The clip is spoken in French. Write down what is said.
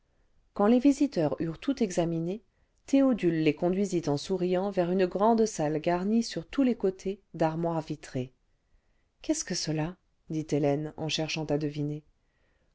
quand les visiteurs visiteurs tout examiné théodule les conduisit en souriant vers une grande salle garnie sur tous les côtés d'armoires vitrées ce qu'est-ce que cela dit hélène en cherchant à deviner